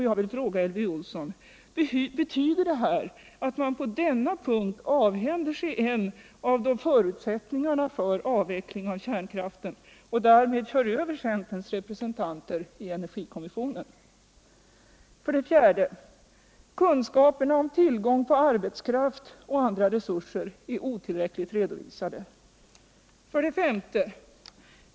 Jag vill fråga Elvy Olsson: Betyder detta att man på denna punkt avhänder sig en av förutsältningarna för avveckling av kärnkraften och därmed kör över centerns representanter i energikommissionen? 4. Kunskaperna om tillgången på arbetskraft och andra resurser är otillräckligt redovisade. 5.